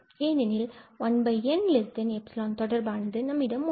ஏனெனில் 1n€ தொடர்பானது நம்மிடம் உள்ளது